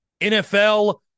NFL